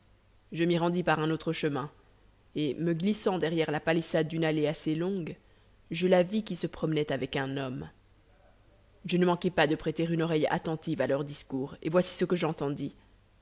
je m'y rendis par un autre chemin et me glissant derrière la palissade d'une allée assez longue je la vis qui se promenait avec un homme je ne manquai pas de prêter une oreille attentive à leurs discours et voici ce que j'entendis